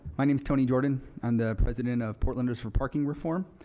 i'm tony jordan, and president of portlanders for parking reform.